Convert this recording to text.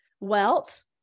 Wealth